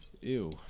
Ew